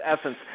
essence